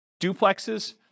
duplexes